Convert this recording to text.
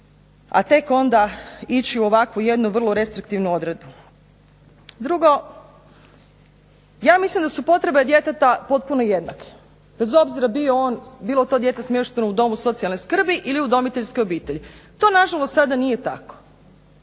a tek onda ići u ovakvu jednu vrlo restriktivnu odredbu. Drugo, ja mislim da su potrebe djeteta potpuno jednake bez obzira bio on, bilo to dijete smješteno u domu socijalne skrbi ili u udomiteljskoj obitelji. To nažalost sada nije tako.